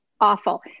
awful